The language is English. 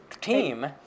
team